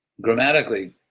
grammatically